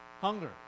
Hunger